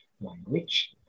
language